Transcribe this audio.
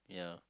yeah